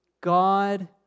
God